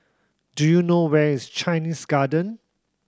do you know where is Chinese Garden